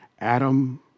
Adam